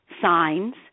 signs